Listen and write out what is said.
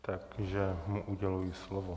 Takže mu uděluji slovo.